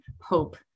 hope